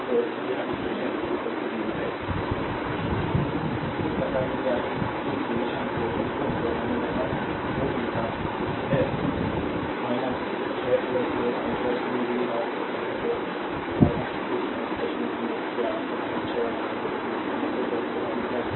तो यह इक्वेशन 0 है स्लाइड टाइम देखें 0823 इस प्रकार यदि आई इस इक्वेशन को लिखूँ तो मैंने यहाँ जो भी लिखा है ६ २ आई २ वी०० २ वी ० ० या आपका ६ और २ इतना 2 २ आई वी २ वी०० वी ० ० यह इक्वेशन १ है